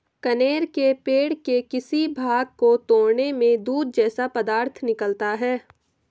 कनेर के पेड़ के किसी भाग को तोड़ने में दूध जैसा पदार्थ निकलता है